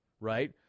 right